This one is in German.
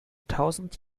tausend